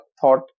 thought